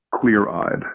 clear-eyed